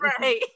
right